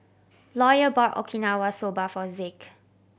Lawyer bought Okinawa Soba for Zeke